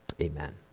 Amen